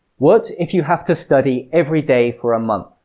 what if you have to study every day for a month?